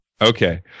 Okay